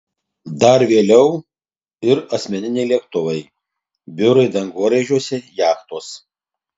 dar vėliau ir asmeniniai lėktuvai biurai dangoraižiuose jachtos